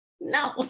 No